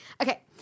Okay